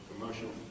commercial